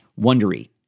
wondery